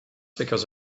because